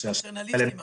הם פטרנליסטיים עכשיו.